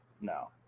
No